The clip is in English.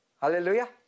Hallelujah